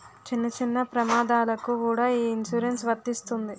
చిన్న చిన్న ప్రమాదాలకు కూడా ఈ ఇన్సురెన్సు వర్తిస్తుంది